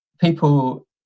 people